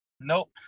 nope